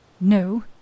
No